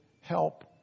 help